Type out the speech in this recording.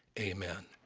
amen.